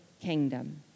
kingdom